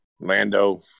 Lando